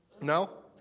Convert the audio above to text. No